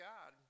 God